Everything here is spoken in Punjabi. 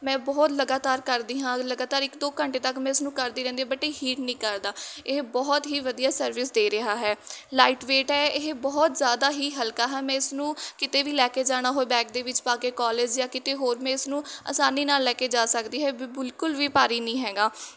ਮੈਂ ਬਹੁਤ ਲਗਾਤਾਰ ਕਰਦੀ ਹਾਂ ਲਗਾਤਾਰ ਇੱਕ ਦੋ ਘੰਟੇ ਤੱਕ ਮੈਂ ਉਸਨੂੰ ਕਰਦੀ ਰਹਿੰਦੀ ਆ ਬਟ ਇਹ ਹੀਟ ਨਹੀਂ ਕਰਦਾ ਇਹ ਬਹੁਤ ਹੀ ਵਧੀਆ ਸਰਵਿਸ ਦੇ ਰਿਹਾ ਹੈ ਲਾਈਟ ਵੇਟ ਹੈ ਇਹ ਬਹੁਤ ਜ਼ਿਆਦਾ ਹੀ ਹਲਕਾ ਹੈ ਮੈਂ ਇਸਨੂੰ ਕਿਤੇ ਵੀ ਲੈ ਕੇ ਜਾਣਾ ਹੋਵੇ ਬੈਗ ਦੇ ਵਿੱਚ ਪਾ ਕੇ ਕਾਲਜ ਜਾਂ ਕਿਤੇ ਹੋਰ ਮੈਂ ਇਸ ਨੂੰ ਆਸਾਨੀ ਨਾਲ ਲੈ ਕੇ ਜਾ ਸਕਦੀ ਹੈ ਬਿਲਕੁਲ ਵੀ ਭਾਰੀ ਨਹੀਂ ਹੈਗਾ